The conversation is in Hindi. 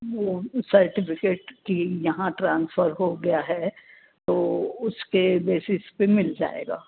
वो सर्टिफिकेट की यहाँ ट्रांसफर हो गया है तो उसके बेसिस पर मिल जाएगा